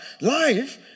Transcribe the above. Life